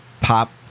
pop